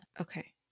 Okay